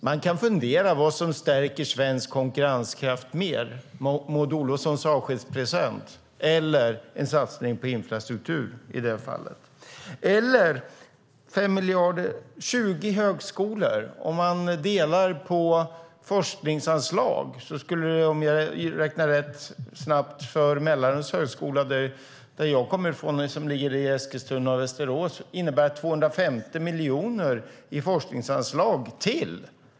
Man kan fundera på vad som mer stärker svensk konkurrenskraft: Maud Olofssons avskedspresent, en satsning på infrastruktur i det här fallet eller 20 högskolor. Delat på forskningsanslag skulle det, om jag nu snabbt räknar rätt, för Mälardalens högskola i Eskilstuna och Västerås - jag kommer från Eskilstuna - innebära 250 miljoner till i forskningsanslag.